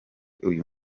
uyu